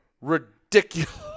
ridiculous